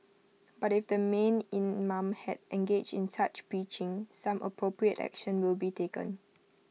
but if the mean imam had engaged in such preaching some appropriate action will be taken